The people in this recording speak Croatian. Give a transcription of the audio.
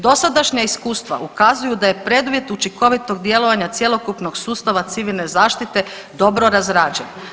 Dosadašnja iskustva ukazuju da je preduvjet učinkovitog djelovanja cjelokupnog sustava civilne zaštite dobro razrađen.